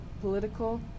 political